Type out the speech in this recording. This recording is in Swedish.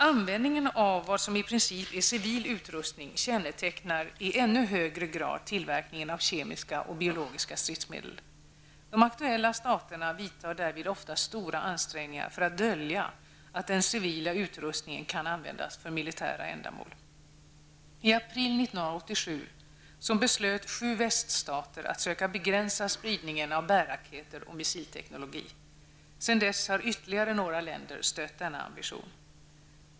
Användningen av vad som i princip är civil utrustning kännetecknar i ännu högre grad tillverkningen av kemiska och biologiska stridsmedel. De aktuella staterna gör därvid ofta stora ansträngningar för att dölja att den civila utrustningen kan användas för militära ändamål. I april 1987 beslöt sju väststater att söka begränsa spridningen av bärraketer och missilteknik. Sedan dess har ytterligare några länder stött denna ambition.